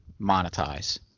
monetize